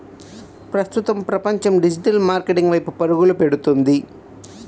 ప్రస్తుతం ప్రపంచం digital marketing వైపు పరుగులు పెడుతుంది